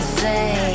say